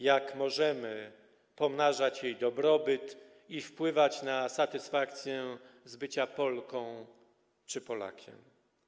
Jak możemy pomnażać jej dobrobyt i wpływać na satysfakcję z bycia Polką czy Polakiem?